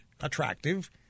attractive